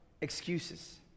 excuses